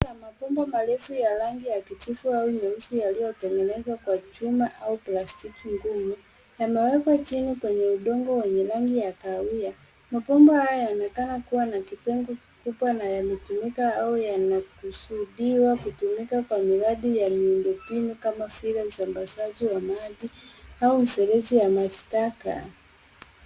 Mabomba marefu ya rangi ya kijivu au nyeusi yaliyotengenezwa kwa chuma au plastiki ngumu. Yamewekwa chini kwenye udongo wenye rangi ya kahawia. Mabomba hayo yanaonekana kuwa na kipungu kikubwa na yametumika au yanakusudiwa kutumika kwa miradi ya miundo mbinu kama vile usambazaji wa maji au mfereji ya maji taka.